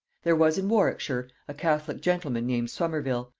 there was in warwickshire a catholic gentleman named somerville,